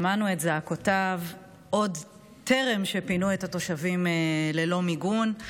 שמענו את זעקותיו עוד בטרם פינו את התושבים ללא מיגון.